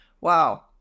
Wow